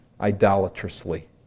idolatrously